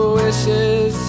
wishes